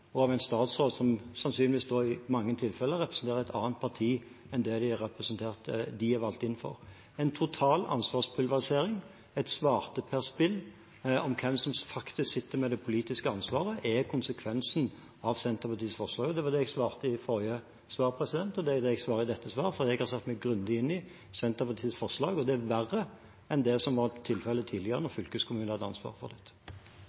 og av en statsråd som sannsynligvis i mange tilfeller representerer et annet parti enn det de er valgt inn for. En total ansvarspulverisering, et svarteperspill om hvem som faktisk sitter med det politiske ansvaret, er konsekvensen av Senterpartiets forslag. Det var det jeg sa i mitt forrige svar, og det er det jeg sier i dette svaret. Jeg har satt meg grundig inn i Senterpartiets forslag, og det er verre enn det som var tilfellet tidligere, da fylkeskommunene hadde ansvaret. Gode helsetjenester for